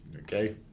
Okay